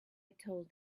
told